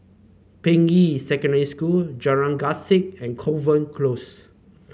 Ping Yi Secondary School Jalan Grisek and Kovan Close